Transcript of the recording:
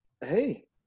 Hey